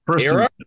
Era